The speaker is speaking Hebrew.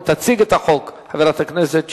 התרבות והספורט ולוועדת הכספים נתקבלה.